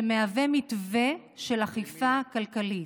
שמהווה מתווה של אכיפה כלכלית.